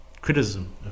criticism